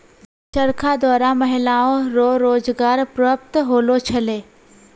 चरखा द्वारा महिलाओ रो रोजगार प्रप्त होलौ छलै